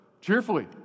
cheerfully